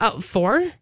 Four